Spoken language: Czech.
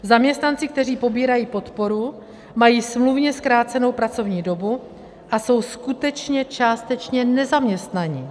Zaměstnanci, kteří pobírají podporu, mají smluvně zkrácenou pracovní dobu a jsou skutečně částečně nezaměstnaní.